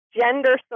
gender